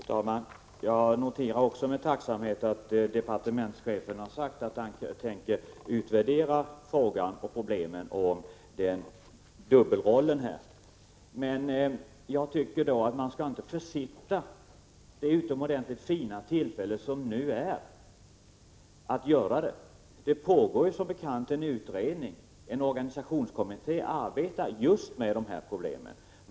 Fru talman! Jag noterar också med tacksamhet att departementschefen har sagt att han tänker utvärdera problemen i fråga om kronofogdemyndighetens dubbelroll. Men jag tycker ändå inte att vi skall försitta det utomordentligt fina tillfälle som vi har nu. Det pågår som bekant en utredning. En organisationskommitté arbetar just med de här problemen.